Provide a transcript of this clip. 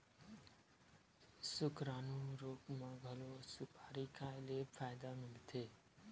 सुकरानू रोग म घलो सुपारी खाए ले फायदा मिलथे